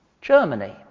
Germany